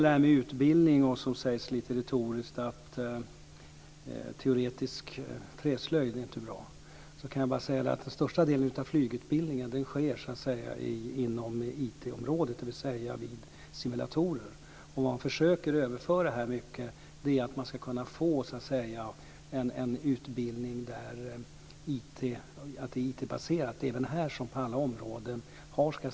När det gäller utbildning säger Elver Jonsson lite retoriskt att teoretisk träslöjd inte är bra. Jag kan bara säga att den största delen av flygutbildningen sker med IT, dvs. vid simulatorer. Vad man här försöker uppnå är en IT-baserad utbildning. Det har en stor betydelse här som på alla andra områden.